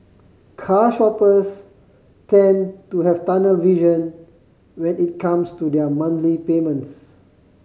car shoppers tend to have tunnel vision when it comes to their monthly payments